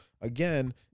again